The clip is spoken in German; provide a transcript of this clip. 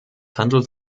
handelt